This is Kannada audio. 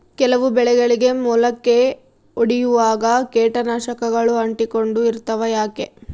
ಕೆಲವು ಬೆಳೆಗಳಿಗೆ ಮೊಳಕೆ ಒಡಿಯುವಾಗ ಕೇಟನಾಶಕಗಳು ಅಂಟಿಕೊಂಡು ಇರ್ತವ ಯಾಕೆ?